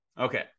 Okay